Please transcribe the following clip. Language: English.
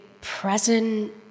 present